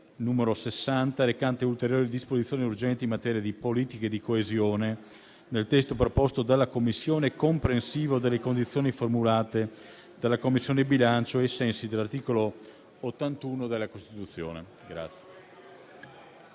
n. 60, recante ulteriori disposizioni urgenti in materia di politiche di coesione, nel testo proposto dalla Commissione, comprensivo delle condizioni formulate dalla Commissione bilancio ai sensi dell'articolo 81 della Costituzione.